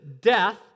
death